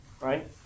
Right